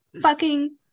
fucking-